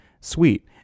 sweet